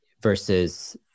versus